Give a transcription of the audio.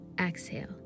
Exhale